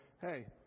hey